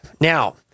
Now